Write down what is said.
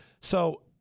So-